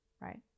right